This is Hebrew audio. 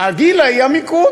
גילה היא המיקוד.